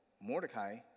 mordecai